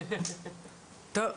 טוב,